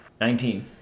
Nineteen